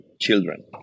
children